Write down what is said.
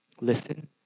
listen